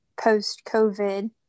post-COVID